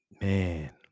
man